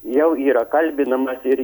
jau yra kalbinamas ir